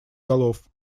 голов